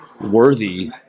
worthy